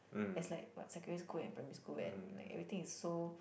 is like what secondary school and primary school and like everything is so